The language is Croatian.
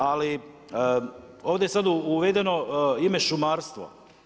Ali, ovdje sad uvedeno ime šumarstvo.